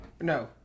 no